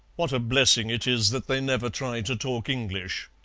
what a blessing it is that they never try to talk english.